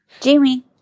Jamie